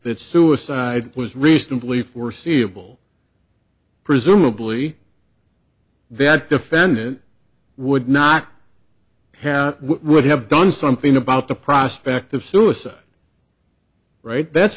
that suicide was reasonably foreseeable presumably that defendant would not have would have done something about the prospect of suicide right that's